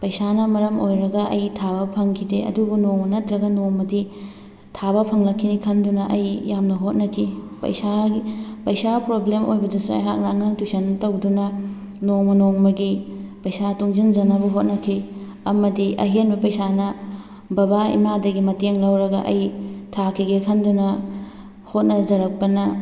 ꯄꯩꯁꯥꯅ ꯃꯔꯝ ꯑꯣꯏꯔꯒ ꯑꯩ ꯊꯥꯕ ꯐꯪꯈꯤꯗꯦ ꯑꯗꯨꯕꯨ ꯅꯣꯡꯃ ꯅꯠꯇ꯭ꯔꯒ ꯅꯣꯡꯃꯗꯤ ꯊꯥꯕ ꯐꯪꯂꯛꯈꯤꯅꯤ ꯈꯟꯗꯨꯅ ꯑꯩ ꯌꯥꯝꯅ ꯍꯣꯠꯅꯈꯤ ꯄꯩꯁꯥ ꯄꯩꯁꯥ ꯄ꯭ꯔꯣꯕ꯭ꯂꯦꯝ ꯑꯣꯏꯕꯗꯨꯁꯨ ꯑꯩꯍꯥꯛꯅ ꯑꯉꯥꯡ ꯇ꯭ꯌꯨꯁꯟ ꯇꯧꯗꯨꯅ ꯅꯣꯡꯃ ꯅꯣꯡꯃꯒꯤ ꯄꯩꯁꯥ ꯇꯨꯡꯁꯤꯟꯖꯅꯕ ꯍꯣꯠꯅꯈꯤ ꯑꯃꯗꯤ ꯑꯍꯦꯟꯕ ꯄꯩꯁꯥꯅ ꯕꯕꯥ ꯏꯃꯥꯗꯒꯤ ꯃꯇꯦꯡ ꯂꯧꯔꯒ ꯑꯩ ꯊꯥꯈꯤꯒꯦ ꯈꯟꯗꯨꯅ ꯍꯣꯠꯅꯖꯔꯛꯄꯅ